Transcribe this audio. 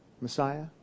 Messiah